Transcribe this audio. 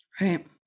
Right